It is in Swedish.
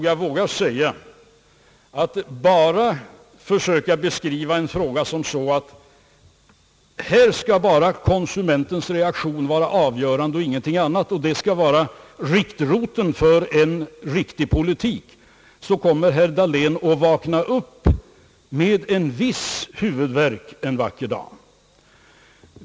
Jag vågar säga att om herr Dahlén bara försöker beskriva saken så att enbart konsumentens reaktion skall få vara avgörande och ingenting annat, med andra ord vara riktroten för en riktig politik, kommer herr Dahlén att vakna upp med en viss huvudvärk en vacker dag.